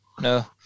No